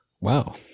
Wow